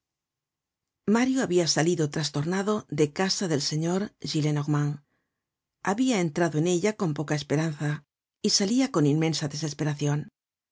mario habia salido trastornado de casa del señor gillenormand habia entrado en ella con poca esperanza y salia con inmensa desesperacion